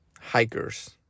hikers